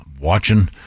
watching